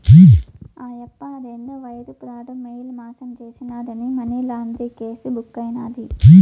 ఆయప్ప అదేందో wire fraud, mail మాసం చేసినాడాని మనీలాండరీంగ్ కేసు బుక్కైనాది